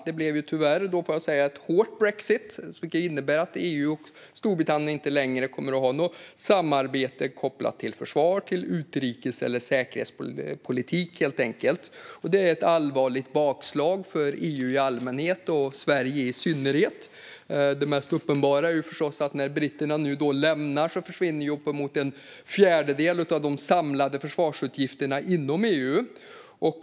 Det blev tyvärr en hård brexit, vilket innebär att EU och Storbritannien inte längre kommer att ha något samarbete kopplat till försvar, till utrikes eller säkerhetspolitik helt enkelt. Det är ett allvarligt bakslag för EU i allmänhet och för Sverige i synnerhet. Det mest uppenbara är förstås att när britterna lämnar EU försvinner uppemot en fjärdedel av de samlade försvarsutgifterna inom EU.